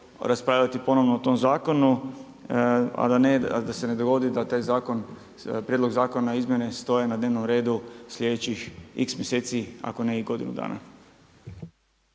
raspravljati ponovno o tom zakonu, a ne da se dogodi da taj zakon prijedlog zakona i izmjene stoje na dnevnom redu sljedećih x mjeseci, ako ne i godinu dana.